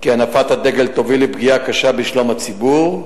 שהנפת הדגל תוביל לפגיעה קשה בשלום הציבור,